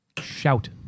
shout